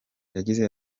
yagize